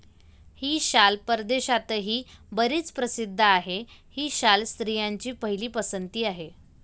ही शाल परदेशातही बरीच प्रसिद्ध आहे, ही शाल स्त्रियांची पहिली पसंती आहे